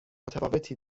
متفاوتی